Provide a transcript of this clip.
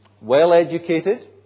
Well-educated